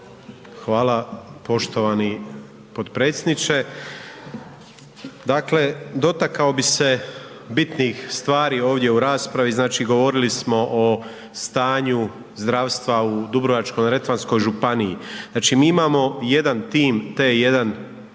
Hvala poštovani potpredsjedniče. Dakle, dotakao bih se bitnih stvari ovdje u raspravi, znači govorili smo o stanju zdravstva u Dubrovačko-neretvanskoj županiji. Znači mi imamo jedan tim T1 u